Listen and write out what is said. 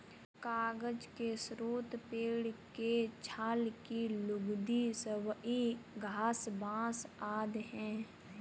कागज के स्रोत पेड़ के छाल की लुगदी, सबई घास, बाँस आदि हैं